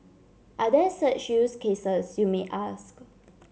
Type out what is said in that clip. are there such use cases you may ask